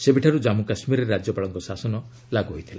ସେବେଠାରୁ ଜାନ୍ମୁ କାଶ୍ମୀରରେ ରାଜ୍ୟପାଳଙ୍କ ଶାସନ ଲାଗୁ ହୋଇଥିଲା